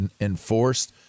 enforced